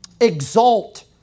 Exalt